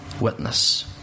witness